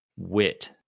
wit